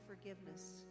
forgiveness